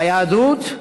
ביהדות,